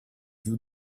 più